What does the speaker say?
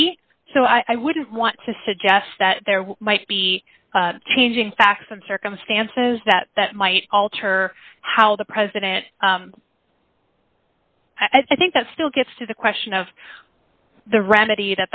be so i wouldn't want to suggest that there might be changing facts and circumstances that that might alter how the president i think that still gets to the question of the remedy